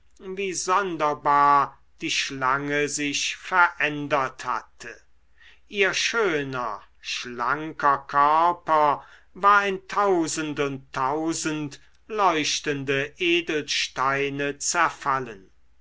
wie sonderbar die schlange sich verändert hatte ihr schöner schlanker körper war in tausend und tausend leuchtende edelsteine zerfallen